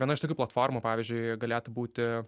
viena iš tokių platformų pavyzdžiui galėtų būti